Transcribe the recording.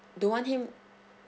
don't want him